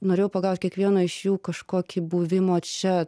norėjau pagaut kiekvieno iš jų kažkokį buvimo čia